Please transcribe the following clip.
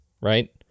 right